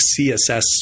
CSS